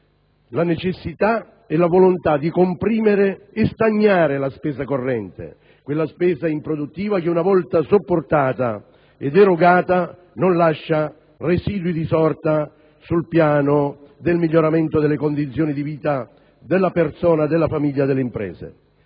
la necessità e la volontà di comprimere e stagnare la spesa corrente, quella spesa improduttiva che, una volta supportata ed erogata, non lascia residui di sorta sul piano del miglioramento delle condizioni di vita della persona, della famiglia, dell'impresa,